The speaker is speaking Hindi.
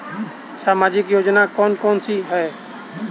सामाजिक योजना कौन कौन सी हैं?